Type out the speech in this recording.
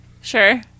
Sure